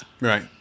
Right